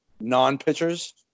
non-pitchers